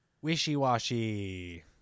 Wishy-washy